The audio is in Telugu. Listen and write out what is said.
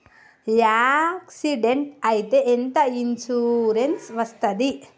యాక్సిడెంట్ అయితే ఎంత ఇన్సూరెన్స్ వస్తది?